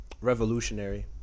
revolutionary